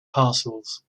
parcels